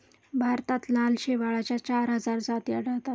भारतात लाल शेवाळाच्या चार हजार जाती आढळतात